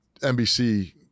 NBC